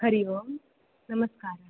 हरि ओं नमस्कारः